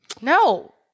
No